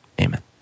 Amen